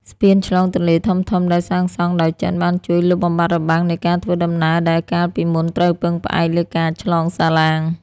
ស្ពានឆ្លងទន្លេធំៗដែលសាងសង់ដោយចិន បានជួយលុបបំបាត់របាំងនៃការធ្វើដំណើរដែលកាលពីមុនត្រូវពឹងផ្អែកលើការឆ្លងសាឡាង។